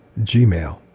gmail